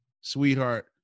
sweetheart